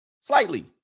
Slightly